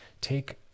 take